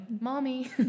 mommy